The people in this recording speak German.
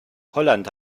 holland